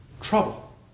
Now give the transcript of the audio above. Trouble